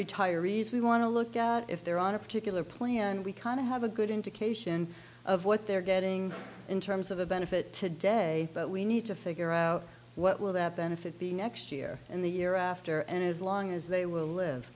retirees we want to look out if they're on a particular plan we kind of have a good indication of what they're getting in terms of a benefit today but we need to figure out what will that benefit be next year and the year after and as long as they will live